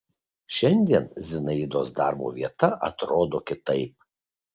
šiandien zinaidos darbo vieta atrodo kitaip